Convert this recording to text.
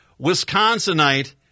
Wisconsinite